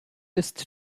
ist